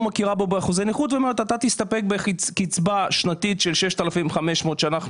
מכירה באחוזי הנכות שלו ואומרת: אתה תסתפק בקצבה שנתית של 6,500 שקלים,